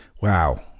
Wow